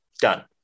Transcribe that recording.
done